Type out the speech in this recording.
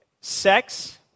Sex